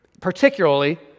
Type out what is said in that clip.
particularly